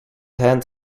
hand